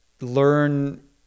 learn